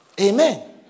Amen